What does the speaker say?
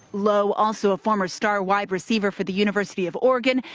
lowe, also a former star wide receiver for the university of oregon,